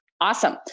Awesome